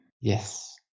Yes